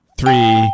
three